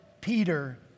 Peter